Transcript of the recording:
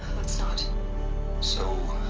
let's not so.